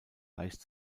leicht